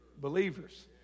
Believers